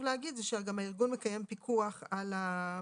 לעניין כלב גזע בחוק הסדרת הפיקוח על כלבים.